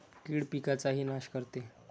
कीड पिकाचाही नाश करते